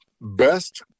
best